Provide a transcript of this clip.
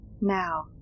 Now